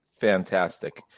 Fantastic